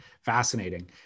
Fascinating